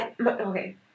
okay